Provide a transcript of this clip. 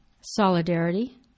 solidarity